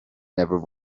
never